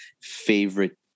favorite